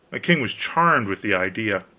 king was charmed with the idea.